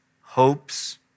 hopes